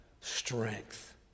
strength